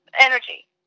energy